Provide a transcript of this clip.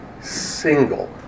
single